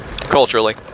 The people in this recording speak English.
culturally